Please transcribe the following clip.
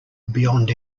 beyond